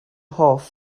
hoff